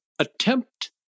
attempt